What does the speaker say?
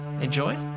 enjoy